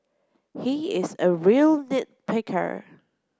he is a real nit picker